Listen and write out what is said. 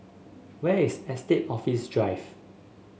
where is Estate Office Drive